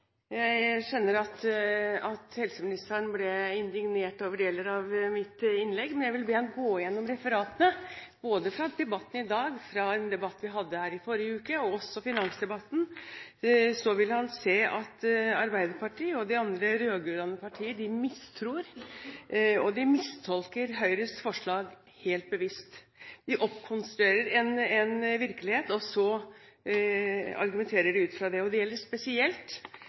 Jeg skjønner at helseministeren ble indignert over deler av mitt innlegg, men jeg vil be ham gå igjennom referatene både fra debatten i dag, fra en debatt vi hadde her i forrige uke, og også fra finansdebatten, så vil han se at Arbeiderpartiet og de andre rød-grønne partiene mistror og mistolker Høyres forslag helt bevisst. De oppkonstruerer en virkelighet, og så argumenterer de ut fra det. Det gjelder spesielt